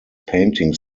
painting